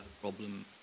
problem